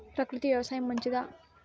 ప్రకృతి వ్యవసాయం మంచిదా?